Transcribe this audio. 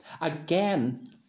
Again